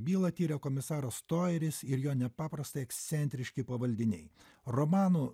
bylą tiria komisaras stojeris ir jo nepaprastai ekscentriški pavaldiniai romanų